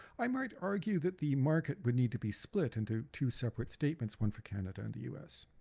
i might argue that the market would need to be split into two separate statements one for canada and the us,